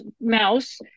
Mouse